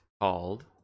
called